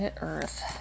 Earth